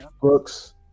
Brooks